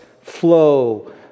flow